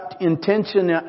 intention